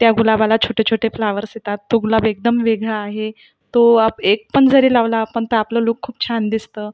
त्या गुलाबाला छोटे छोटे फ्लॉवर्स येतात तो गुलाब एकदम वेगळा आहे तो एकपण जरी लावला आपण तर आपला लुक खूप छान दिसतं